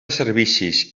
servicis